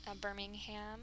Birmingham